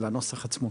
הנוסח עצמו.